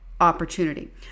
opportunity